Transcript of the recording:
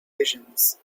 visions